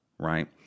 Right